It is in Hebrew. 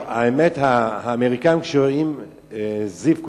האמת היא שהאמריקנים קוראים את זה "זיו"